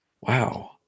Wow